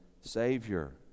Savior